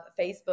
Facebook